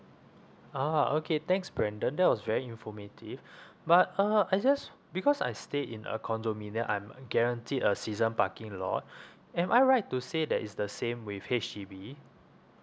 ah okay thanks brandon that was very informative but uh I just because I stay in a condominium I'm uh guaranteed a season parking lot am I right to say that it's the same with H_D_B